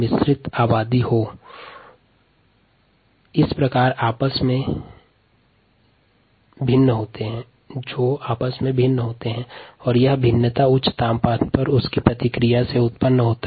मिश्रित आबादी में कोशिका आपस में भिन्न होते है और यह अंतर उच्च तापमान पर उनकी प्रतिक्रिया से उत्पन्न होता है